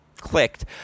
clicked